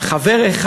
חבר אחד